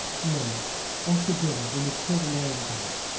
no after dinner when the children are in bed.